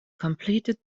completed